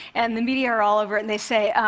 and the media are all over it, and they say,